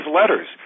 letters